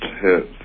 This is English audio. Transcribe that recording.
hit